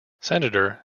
senator